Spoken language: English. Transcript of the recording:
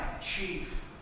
chief